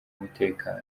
umutekano